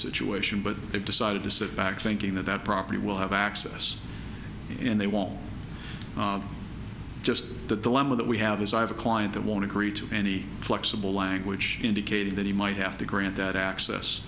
situation but they've decided to sit back thinking that that property will have access and they won't just the dilemma that we have is i have a client that won't agree to any flexible language indicating that he might have to grant that